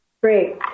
Great